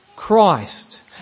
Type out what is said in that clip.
Christ